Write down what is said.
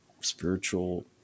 spiritual